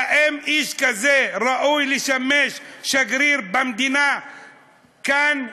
האם איש כזה ראוי לשמש שגריר במדינה כאן?